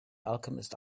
alchemist